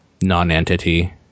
non-entity